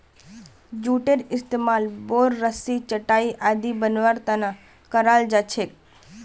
जूटेर इस्तमाल बोर, रस्सी, चटाई आदि बनव्वार त न कराल जा छेक